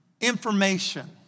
information